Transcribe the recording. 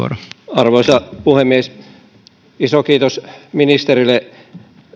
arvoisa puhemies iso kiitos ministerille